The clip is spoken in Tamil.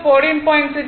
IC 14